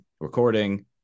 recording